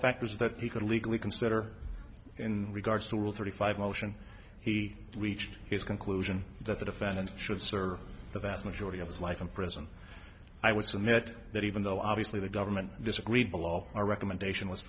factors that he could legally consider in regards to rule thirty five motion he reached his conclusion that the defendant should serve the vast majority of his life in prison i would submit that even though obviously the government disagreed below our recommendation